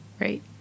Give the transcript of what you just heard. right